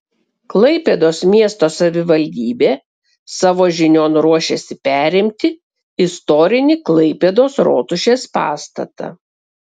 klaipėdos miesto savivaldybė savo žinion ruošiasi perimti istorinį klaipėdos rotušės pastatą